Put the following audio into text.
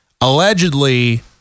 allegedly